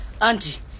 Auntie